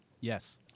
Yes